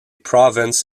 province